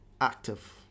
active